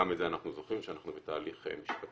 גם את זה אנחנו זוכרים, שאנחנו בתהליך משפטי.